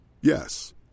Yes